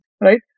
right